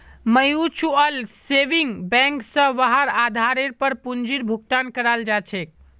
mutual saving bank स वहार आधारेर पर पूंजीर भुगतान कराल जा छेक